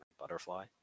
Butterfly